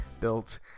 built